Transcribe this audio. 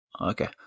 Okay